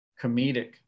comedic